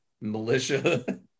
militia